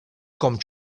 com